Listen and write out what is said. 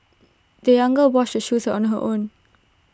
the young girl washed her shoes on her own